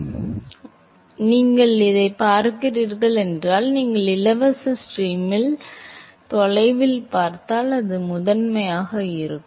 எனவே நீங்கள் பார்க்கிறீர்கள் என்றால் நீங்கள் இலவச ஸ்ட்ரீமில் தொலைவில் பார்த்தால் அது முதன்மையாக இருக்கும்